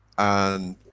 and